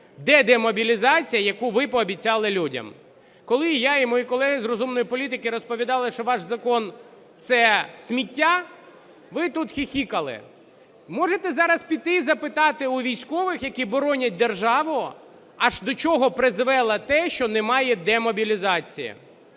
де демобілізація, яку ви пообіцяли людям? Коли я і мої колеги з "Розумної політики" розповідали, що ваш закон – це сміття, ви тут хіхікали. Можете зараз піти і запитати у військових, які боронять державу, аж до чого призвело те, що немає демобілізації,